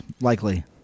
Likely